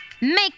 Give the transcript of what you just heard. Make